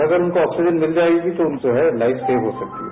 अगर उनको ऑक्सीजन मिल जाएगी तो तुरंत लाइफ सेव हो सकती है